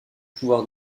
pouvoir